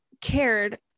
cared